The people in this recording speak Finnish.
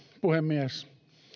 puhemies